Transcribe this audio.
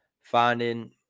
finding